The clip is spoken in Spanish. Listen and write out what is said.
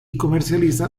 comercializa